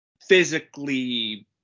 physically